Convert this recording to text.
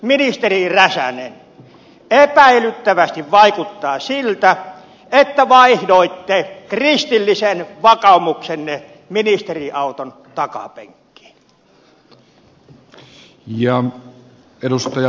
ministeri räsänen epäilyttävästi vaikuttaa siltä että vaihdoitte kristillisen vakaumuksenne ministeriauton takapenkkiin